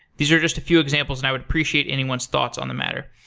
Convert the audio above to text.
these are just a few examples, and i would appreciate anyone's thoughts on the matter.